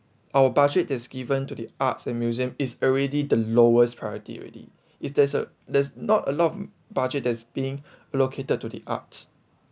our budget is given to the arts and museum is already the lowest priority already is there's a there's not a lot of budget that's being relocated to the arts